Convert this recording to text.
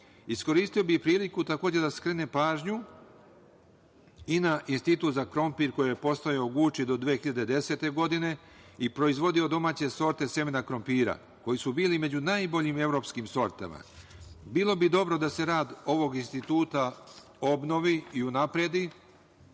dragoceni. Iskoristio bih priliku da skrenem pažnju i na Institut za krompir, koji je postojao u Guči do 2010. godine, i proizvodio domaće sorte semena krompira koji su bili među najboljim evropskim sortama. Bilo bi dobro da se rad ovog Instituta obnovi i unapredi,